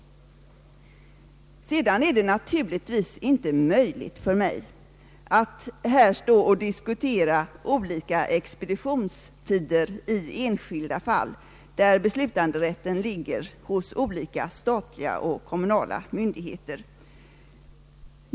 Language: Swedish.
Sedan är det naturligtvis inte möjligt för mig att här stå och diskutera olika expeditionstider i enskilda fall, där beslutanderätten ligger hos statliga och kommunala myndigheter.